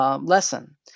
lesson